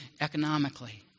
economically